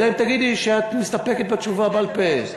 אלא אם תגידי לי שאת מסתפקת בתשובה בעל-פה.